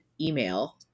email